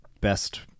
best